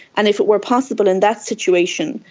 and if it were possible in that situation,